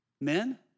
Men